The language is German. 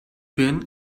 birnen